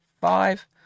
five